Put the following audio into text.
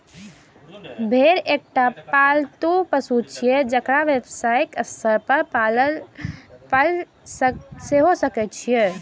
भेड़ एकटा पालतू पशु छियै, जेकर व्यावसायिक स्तर पर पालन सेहो होइ छै